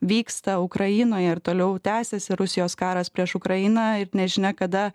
vyksta ukrainoje ir toliau tęsiasi rusijos karas prieš ukrainą ir nežinia kada